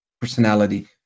personality